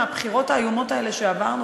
ולבחירות האיומות האלה שעברנו,